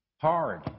hard